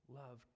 love